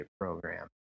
program